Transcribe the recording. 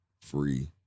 free